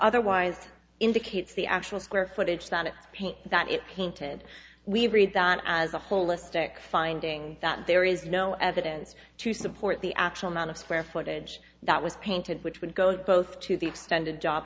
otherwise indicates the actual square footage than it's paint that it painted we read that as a holistic finding that there is no evidence to support the actual amount of square footage that was painted which would go both to the extended job